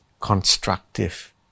constructive